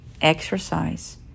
exercise